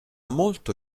molto